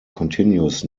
continues